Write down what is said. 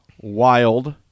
wild